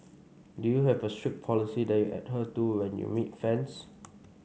do you have a strict policy that you adhere to when you meet fans